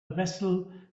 vessel